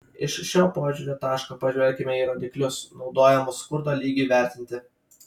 iš šio požiūrio taško pažvelkime į rodiklius naudojamus skurdo lygiui vertinti